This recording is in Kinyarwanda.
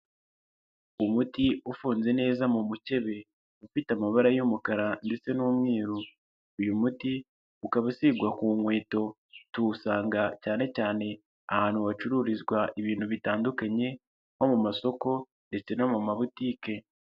Umuti ufunze neza mu mukebe ufite amabara y'umukara ndetse n'umweru, uyu muti ukaba usigwa ku nkweto tuwusanga cyanecyane ahantu hacururizwa ibintu bitandukanye nko mu masoko ndetse no mu mabutike.